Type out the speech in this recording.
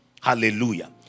Hallelujah